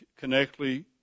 connectly